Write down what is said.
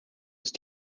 ist